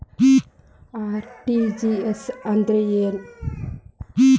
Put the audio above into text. RTGS ಅಂದ್ರ ಏನ್ರಿ?